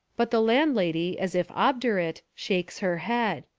but the landlady, as if obdurate, shakes her head.